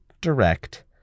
Direct